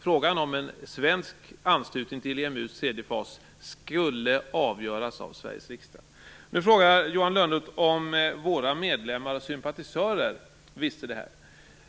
Frågan om en svensk anslutning till EMU:s tredje fas skulle avgöras av Sveriges riksdag. Nu frågar Johan Lönnroth om våra medlemmar och sympatisörer visste det här.